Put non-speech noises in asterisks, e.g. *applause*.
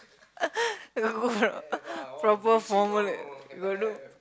*laughs* you got go or not proper formal you got do